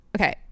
Okay